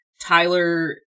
Tyler